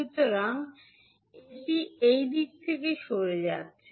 সুতরাং এটি এই দিক থেকে সরে যাচ্ছে